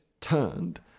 turned